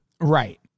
Right